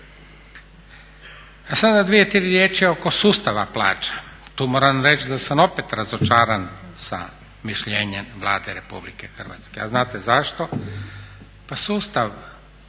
A sada dvije, tri riječi oko sustava plaća. Tu moram reći da sam opet razočaran sa mišljenjem Vlade RH. A znate zašto? Pa sustav